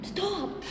Stop